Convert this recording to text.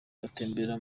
batembera